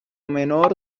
menor